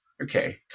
Okay